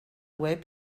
web